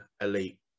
elite